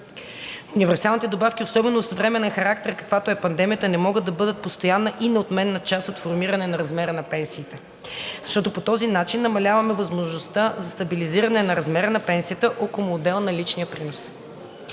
Универсалните добавки, особено с временен характер, каквато е пандемията, не могат да бъдат постоянна и неотменна част от формиране на размера на пенсиите, защото по този начин намаляваме възможността за стабилизиране на размера на пенсията около модела на личния принос.